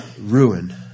ruin